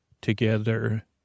together